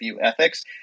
ethics